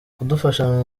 kudufasha